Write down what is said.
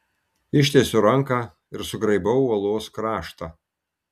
ištiesiu ranką ir sugraibau uolos kraštą